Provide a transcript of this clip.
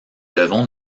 devons